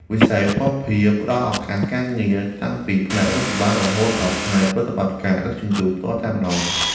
វិស័យភស្តុភារផ្តល់ឱកាសការងារតាំងពីផ្នែករដ្ឋបាលរហូតដល់ផ្នែកប្រតិបត្តិការដឹកជញ្ជូនផ្ទាល់តែម្តង។